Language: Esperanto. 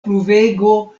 pluvego